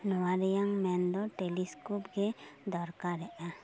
ᱱᱚᱣᱟᱨᱮᱭᱟᱝ ᱢᱮᱱᱫᱚ ᱴᱮᱞᱤᱥᱠᱳᱯᱜᱮ ᱫᱚᱨᱠᱟᱨᱮᱜᱼᱟ